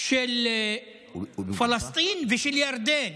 של פלסטין ושל ירדן.